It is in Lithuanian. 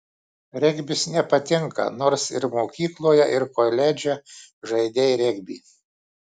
regbis nepatinka nors ir mokykloje ir koledže žaidei regbį